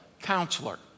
counselor